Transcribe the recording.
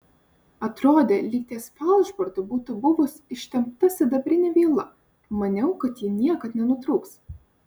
atrodė lyg ties falšbortu būtų buvus ištempta sidabrinė viela maniau kad ji niekad nenutrūks